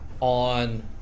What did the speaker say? On